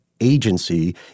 agency